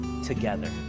together